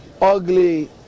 Ugly